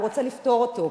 הוא רוצה לפתור אותו.